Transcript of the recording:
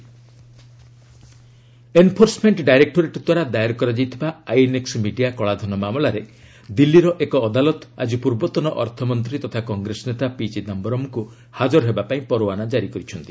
ED Chidambaram enforcement directorate ଦ୍ୱାରା ଦାଏର କରାଯାଇଥିବା ଆଇଏନ୍ଏକ୍ଟ୍ ମିଡିଆ କଳାଧନ ମାମଲାରେ ଦିଲ୍ଲୀର ଏକ ଅଦାଲତ ଆକି ପୂର୍ବତନ ଅର୍ଥମନ୍ତ୍ରୀ ତଥା କଂଗ୍ରେସ ନେତା ପି ଚିଦାୟରମ୍ଙ୍କୁ ହାଜର ହେବା ପାଇଁ ପରୱାନା ଜାରି କରିଛନ୍ତି